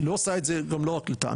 היא לא עושה את זה גם, לא רק לטעמי.